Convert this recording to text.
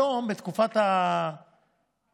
היום בתקופת הקורונה